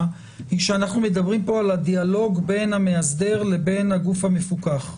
היא שאנחנו מדברים על הדיאלוג בין המאסדר לבין הגוף המפוקח.